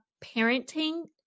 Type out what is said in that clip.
parenting